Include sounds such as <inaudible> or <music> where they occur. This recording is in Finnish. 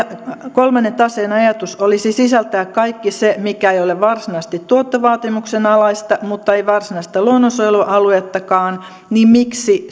kolmannen taseen ajatus olisi sisältää kaikki se mikä ei ole varsinaisesti tuottovaatimuksen alaista mutta ei varsinaista luonnonsuojelualuettakaan niin miksi <unintelligible>